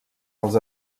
els